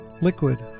liquid